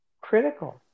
critical